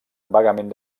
vagament